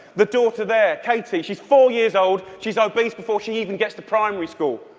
the daughter there, katie, she's four years old. she's obese before she even gets to primary school.